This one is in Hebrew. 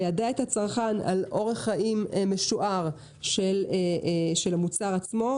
ליידע את הצרכן על אורח חיים משוער של המוצר עצמו,